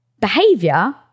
behavior